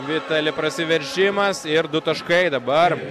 vitali prasiveržimas ir du taškai dabar